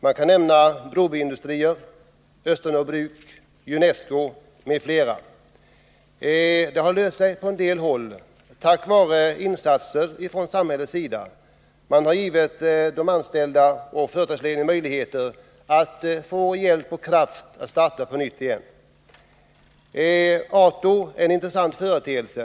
Jag kan nämna Broby Industrier, Östanå Bruk, Junesco m.fl. I en del fall har problemen kunnat lösas tack vare insatser från samhällets sida. Man har hjälpt de anställda och företagsledningarna att få kraft att starta på nytt. Ato är en intressant företeelse.